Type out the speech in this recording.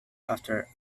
after